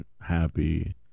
Happy